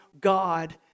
God